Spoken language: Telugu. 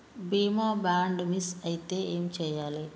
బీమా బాండ్ మిస్ అయితే ఏం చేయాలి?